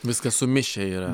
viskas sumišę yra